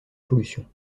pollution